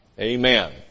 Amen